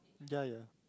ya ya